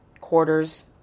quarters